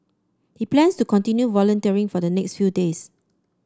he plans to continue volunteering for the next few days